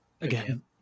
Again